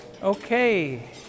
Okay